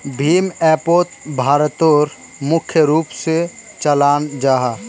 भीम एपोक भारतोत मुख्य रूप से चलाल जाहा